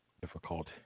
Difficult